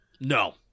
No